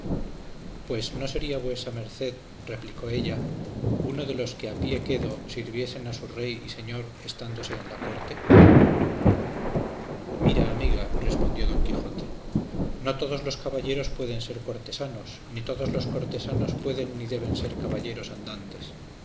pues no sería vuesa merced replicó ella uno de los que a pie quedo sirviesen a su rey y señor estándose en la corte mira amiga respondió don quijote no todos los caballeros pueden ser cortesanos ni todos los cortesanos pueden ni deben ser caballeros andantes